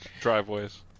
driveways